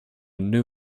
new